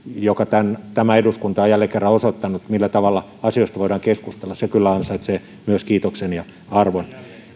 jota tämä eduskunta on jälleen kerran osoittanut siinä millä tavalla asioista voidaan keskustella kyllä ansaitsee myös kiitoksen ja arvon